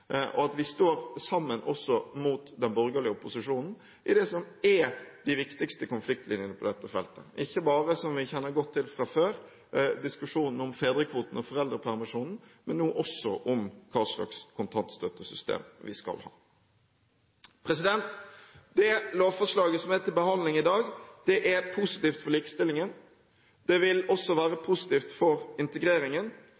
og likestillingspolitikken. Vi står sammen også mot den borgerlige opposisjonen i det som er de viktigste konfliktlinjene på dette feltet – ikke bare de vi kjenner godt til fra før, diskusjonen om fedrekvoten og foreldrepermisjonen, men nå også om hva slags kontantstøttesystem vi skal ha. Det lovforslaget som er til behandling i dag, er positivt for likestillingen. Det vil også